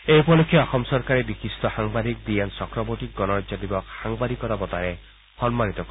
এই উপলক্ষে অসম চৰকাৰে বিশিষ্ট সাংবাদিক ডি এন চক্ৰৱৰ্তীক গণৰাজ্য দিৱস সাংবাদিকতা বঁটাৰে সন্মানিত কৰিব